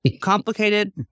complicated